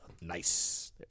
Nice